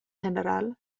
general